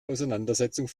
auseinandersetzung